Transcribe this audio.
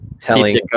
telling